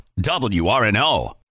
WRNO